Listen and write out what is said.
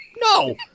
No